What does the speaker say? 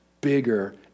bigger